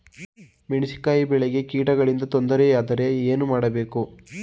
ಮೆಣಸಿನಕಾಯಿ ಬೆಳೆಗೆ ಕೀಟಗಳಿಂದ ತೊಂದರೆ ಯಾದರೆ ಏನು ಮಾಡಬೇಕು?